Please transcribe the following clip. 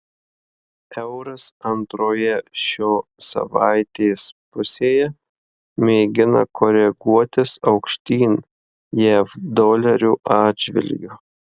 euras antroje šio savaitės pusėje mėgina koreguotis aukštyn jav dolerio atžvilgiu